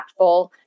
impactful